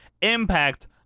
Impact